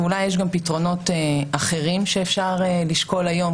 ואולי יש גם פתרונות אחרים שאפשר לשקול היום